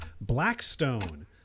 Blackstone